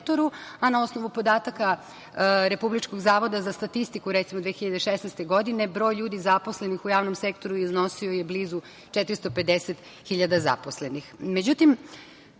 a na osnovu podataka Republičkog zavoda za statistiku, recimo, 2016. godine, broj ljudi zaposlenih u javnom sektoru je iznosio blizu 450 hiljada